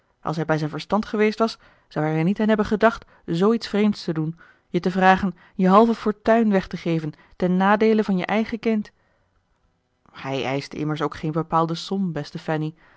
als hij bij zijn verstand geweest was zou hij er niet aan hebben gedacht zoo iets vreemds te doen je te vragen je halve fortuin weg te geven ten nadeele van je eigen kind hij eischte immers ook geen bepaalde som beste fanny